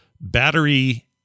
battery